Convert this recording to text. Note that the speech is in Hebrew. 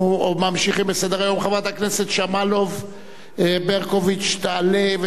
17 בעד, אין מתנגדים, אין נמנעים.